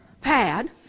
pad